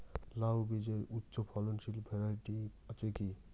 লাউ বীজের উচ্চ ফলনশীল ভ্যারাইটি আছে কী?